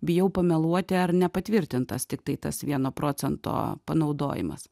bijau pameluoti ar nepatvirtintas tiktai tas vieno procento panaudojimas